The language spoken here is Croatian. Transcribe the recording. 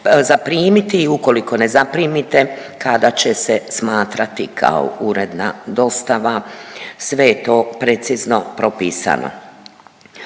zaprimiti i ukoliko ne zaprimite kada će se smatrati kao uredna dostava. Sve je to precizno propisano.